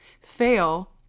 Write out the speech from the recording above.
fail